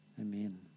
Amen